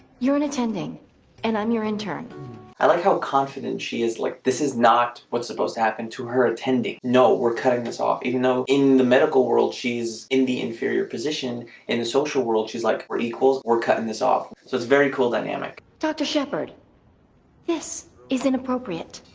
you're an attending and i'm your intern i like how confident she is like this is not what's supposed to happen to her attending no, we're cutting this off. even though in the medical world. she's in the inferior position in the social world she's like or equals or cutting this off. so it's very cool. dynamic, dr. shepherd this is inappropriate